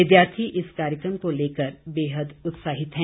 विद्यार्थी इस कार्यक्रम को लेकर बेहद उत्साहित हैं